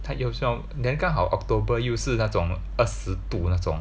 then 刚好 October 又是那种二十度那种